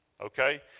okay